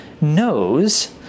knows